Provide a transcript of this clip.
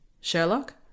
Sherlock